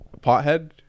pothead